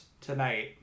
tonight